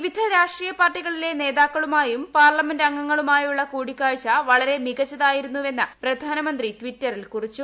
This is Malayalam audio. വിവിധ രാഷ്ട്രീയപാർട്ടികളിലെ നേതാക്കളുമായും പാർലമെന്റ് അംഗങ്ങളുമായുള്ള കൂടിക്കാഴ്ച വളരെ മികച്ചതായിരുന്നുവെന്ന് പ്രധാനമന്ത്രി ടിറ്ററിൽ കുറിച്ചു